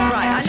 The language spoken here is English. Right